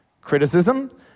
criticism